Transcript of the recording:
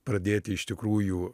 pradėti iš tikrųjų